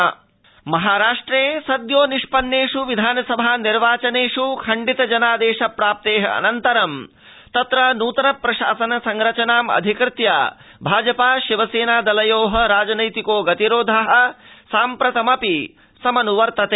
महाराष्ट्रम्राजनीति महाराष्ट्रे सद्योनिष्पन्नेष् विधानसभा निर्वाचनेष् खण्डित जनादेश प्राप्ते अनन्तरं तत्र नृतन प्रशासन संरचनामधिकृत्य भाजपा शिवसेना दलयो राजनैतिको गतिरोध साम्प्रतमपि यथावदनुवर्तते